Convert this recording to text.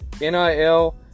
NIL